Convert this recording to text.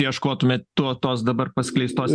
ieškotumėt to tos dabar paskleistos